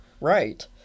Right